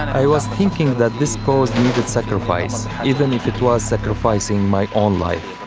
i was thinking that this cause needed sacrifice, even if it was sacrificing my own life.